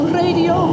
radio